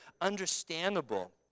understandable